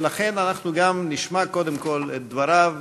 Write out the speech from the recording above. לכן, אנחנו גם נשמע קודם כול את דבריו